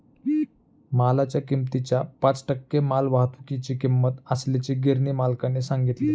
मालाच्या किमतीच्या पाच टक्के मालवाहतुकीची किंमत असल्याचे गिरणी मालकाने सांगितले